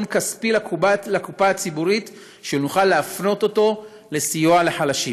כספי לקופה הציבורית שנוכל להפנות לסיוע לחלשים.